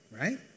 right